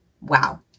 wow